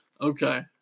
Okay